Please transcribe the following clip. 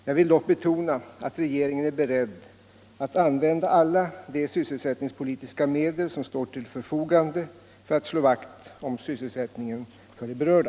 Jag vill dock betona att regeringen är beredd att använda alla de sysselsättningspolitiska medel som står till förfogande för att slå vakt om sysselsättningen för de berörda.